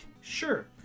Sure